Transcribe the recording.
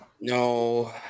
No